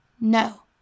No